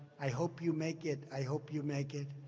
i hope you make it. i hope you make it.